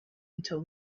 until